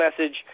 message